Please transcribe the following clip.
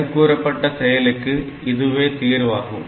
மேற்கூறப்பட்ட செயலுக்கு இதுவே தீர்வாகும்